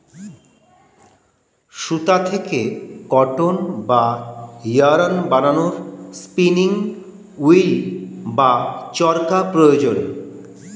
সুতা থেকে কটন বা ইয়ারন্ বানানোর স্পিনিং উঈল্ বা চরকা প্রয়োজন